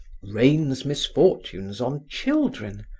rains misfortunes on children,